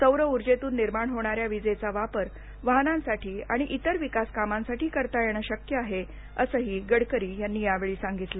सौर उजेंतून निर्माण होणाऱ्या विजेचा वापर वाहनांसाठी आणि इतर विकास कामांसाठी करता येणं शक्य आहे असंही गडकरी यांनी यावेळी सांगितलं